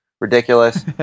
ridiculous